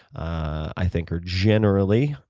i think, are generally,